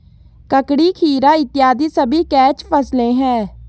ककड़ी, खीरा इत्यादि सभी कैच फसलें हैं